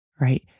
Right